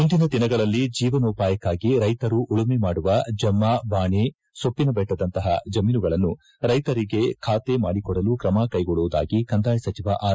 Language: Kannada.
ಮುಂದಿನ ದಿನಗಳಲ್ಲಿ ಜೀವನೋಪಾಯಕ್ಕಾಗಿ ರೈತರು ಉಳುಮಿ ಮಾಡುವ ಜಮ್ಮಾ ಬಾಣೆ ಸೋಪ್ತಿನಬೆಟ್ಟದಂತಪ ಜಮೀನುಗಳನ್ನು ರೈಕರಿಗೆ ಖಾತೆ ಮಾಡಿಕೊಡಲು ತ್ರಮ ಕೈಗೊಳ್ಳುವುದಾಗಿ ಕಂದಾಯ ಸಚಿವ ಆರ್